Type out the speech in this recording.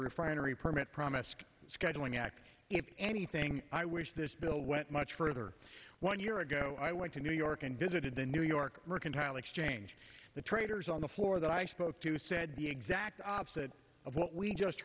refinery permit promised scheduling act if anything i wish this bill went much further one year ago i went to new york and visited the new york mercantile exchange the traders on the floor that i spoke to said the exact opposite of what we just